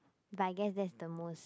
but I guess that's the most